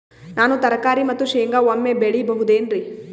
ನಾನು ತರಕಾರಿ ಮತ್ತು ಶೇಂಗಾ ಒಮ್ಮೆ ಬೆಳಿ ಬಹುದೆನರಿ?